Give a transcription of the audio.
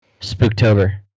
Spooktober